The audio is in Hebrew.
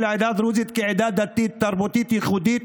העדה הדרוזית כעדה דתית ותרבותית ייחודית,